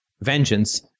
vengeance